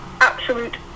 absolute